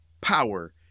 power